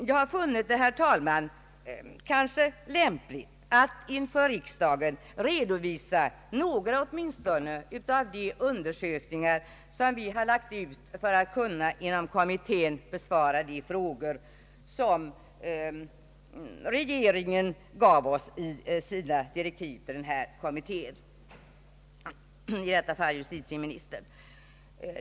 Jag har, herr talman, funnit det lämpligt att inför kammaren redovisa åtminstone några av de undersökningar som vi har vidtagit för att inom kommittén kunna besvara de frågor som re geringen, i detta fall justitieministern, gav i sina direktiv till kommittén.